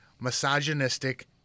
misogynistic